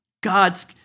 God's